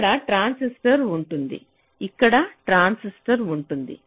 ఇక్కడ ట్రాన్సిస్టర్ ఉంటుంది ఇక్కడ ట్రాన్సిస్టర్ ఉంటుంది